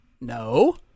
No